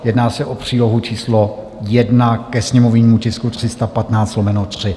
Jedná se o přílohu číslo 1 ke sněmovnímu tisku 315/3.